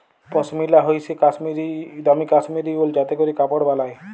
পশমিলা হইসে দামি কাশ্মীরি উল যাতে ক্যরে কাপড় বালায়